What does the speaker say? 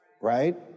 right